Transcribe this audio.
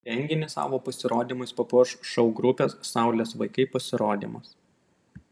renginį savo pasirodymais papuoš šou grupės saulės vaikai pasirodymas